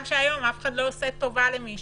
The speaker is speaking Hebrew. שהיום אף אחד לא עושה טובה למישהו.